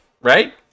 right